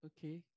Okay